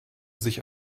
sich